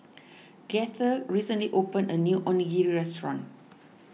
Gaither recently opened a new Onigiri restaurant